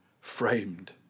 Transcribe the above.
Framed